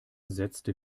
setzte